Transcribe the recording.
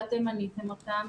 ואתם מניתם אותם,